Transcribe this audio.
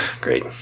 great